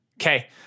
Okay